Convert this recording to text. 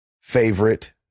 favorite